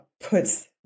puts